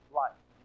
life